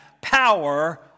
Power